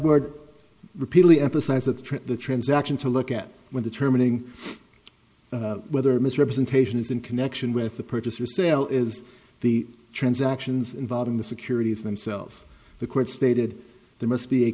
jedward repeatedly emphasized that the transaction to look at when determining whether a misrepresentation is in connection with the purchase or sale is the transactions involving the securities themselves the court stated there must be a